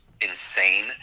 insane